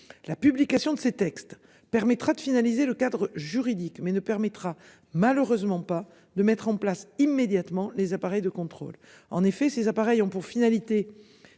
La publication de ces textes permettra de finaliser le cadre juridique mais ne permettra malheureusement pas de mettre en place immédiatement les appareils de contrôle en effet ces appareils ont pour finalité